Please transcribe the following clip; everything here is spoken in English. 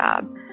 job